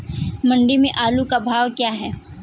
मंडी में आलू का भाव क्या है?